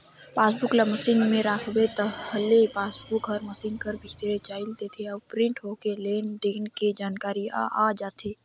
passbook ल machine में राखबे ताहले पासबुक हर मसीन कर भीतरे चइल देथे अउ प्रिंट होके लेन देन के जानकारी ह आ जाथे